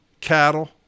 Cattle